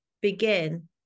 begin